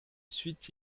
suite